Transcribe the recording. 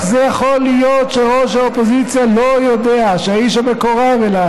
זה יכול להיות שראש האופוזיציה לא יודע שהאיש המקורב אליו,